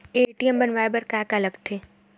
ATM बनवाय बर का का लगथे?